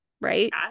right